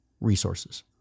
resources